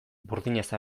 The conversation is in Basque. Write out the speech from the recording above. burdinez